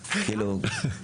כאילו?